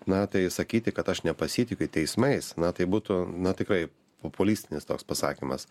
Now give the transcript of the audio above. na tai sakyti kad aš nepasitikiu teismais na tai būtų na tikrai populistinis toks pasakymas